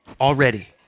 already